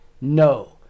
No